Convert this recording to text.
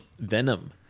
venom